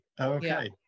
Okay